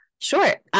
Sure